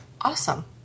Awesome